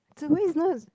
to me is not